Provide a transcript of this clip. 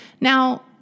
Now